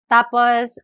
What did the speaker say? Tapos